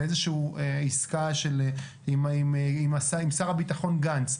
באיזושהי עסקה עם שר הביטחון גנץ,